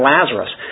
Lazarus